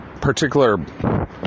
particular